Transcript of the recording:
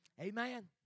Amen